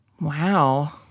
Wow